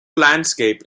landscape